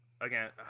again